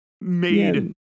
made